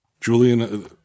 Julian